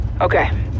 Okay